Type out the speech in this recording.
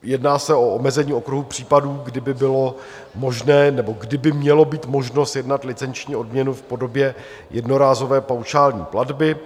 Jedná se o omezení okruhu případů, kdy by bylo možné, nebo kdy by měla být možnost sjednat licenční odměnu v podobě jednorázové paušální platby.